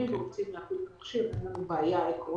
אנחנו רוצים להפעיל את המכשיר ואין לנו בעיה עקרונית.